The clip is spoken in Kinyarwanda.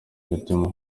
imitima